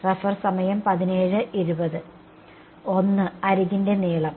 1 അരികിന്റെ നീളം